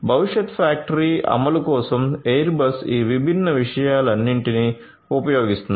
భవిష్యత్ ఫ్యాక్టరీ అమలు కోసం ఎయిర్ బస్ ఈ విభిన్న విషయాలన్నింటినీ ఉపయోగిస్తోంది